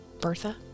bertha